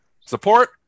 support